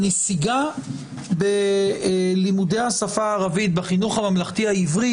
הנסיגה בלימודי השפה הערבית בחינוך הממלכתי העברי